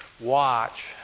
watch